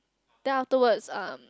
then afterwards um